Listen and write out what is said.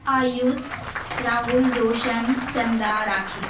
AYUSH Rahul Raushan Chanda राखी